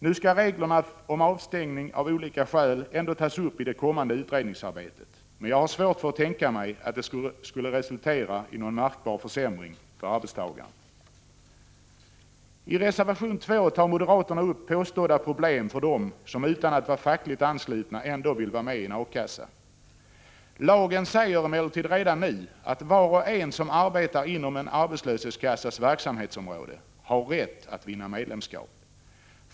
Nu skall reglerna om Villkoren för ersätt 5 avstängning av olika skäl ändå tas upp i det kommande utredningsarbetet, or RA vid arbetslöset men jag har svårt att tänka mig att det kommer att resultera i någon märkbar försämring för arbetstagarna. I reservation nr 2 tar moderaterna upp påstådda problem för dem som utan att vara fackligt anslutna ändå vill vara med i en A-kassa. Lagen säger emellertid redan nu att var och en som arbetar inom en arbetslöshetskassas verksamhetsområde har rätt att vinna medlemskap.